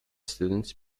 students